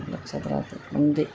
लक्षात राहतात म्हणजे